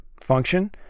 function